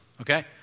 Okay